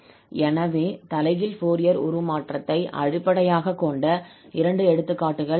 எனவே தலைகீழ் ஃபோரியர் உருமாற்றத்தை அடிப்படையாகக் கொண்ட இரண்டு எடுத்துக்காட்டுகள் உள்ளன